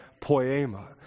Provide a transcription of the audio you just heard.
poema